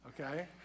okay